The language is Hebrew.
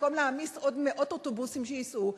במקום להעמיס עוד מאות אוטובוסים שייסעו,